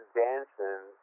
dancing